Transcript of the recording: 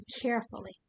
carefully